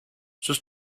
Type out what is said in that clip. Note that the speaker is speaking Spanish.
sus